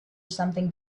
something